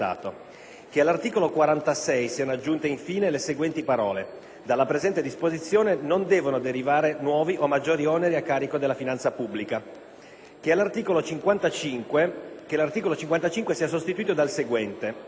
che all'articolo 46 siano aggiunte, in fine, le seguenti parole: "Dalla presente disposizione non devono derivare nuovi o maggiori oneri a carico della finanza pubblica"; - che l'articolo 55 sia sostituito dal seguente: